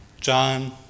John